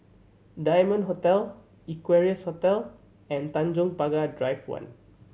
Diamond Hotel Equarius Hotel and Tanjong Pagar Drive One